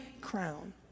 crown